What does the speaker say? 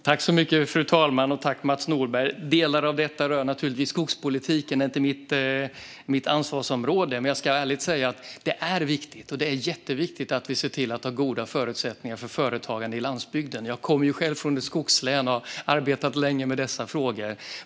Fru talman! Tack, Mats Nordberg! Delar av detta rör skogspolitiken, som inte är mitt ansvarsområde. Men jag ska ärligt säga att det är viktigt. Det är jätteviktigt att vi ser till att företagande på landsbygden har goda förutsättningar. Jag kommer själv från ett skogslän och har arbetat länge med dessa frågor.